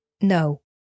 no